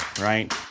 right